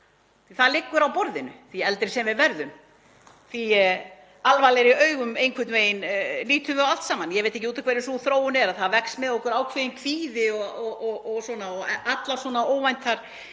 Það liggur á borðinu að því eldri sem við verðum, því alvarlegri augum einhvern veginn lítum við á allt saman. Ég veit ekki út af hverju sú þróun er, það vex með okkur ákveðinn kvíði og allar svona óvæntar